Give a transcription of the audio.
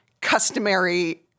customary